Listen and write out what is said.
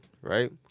right